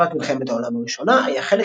בתקופת מלחמת העולם הראשונה היה חלק